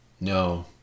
No